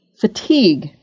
fatigue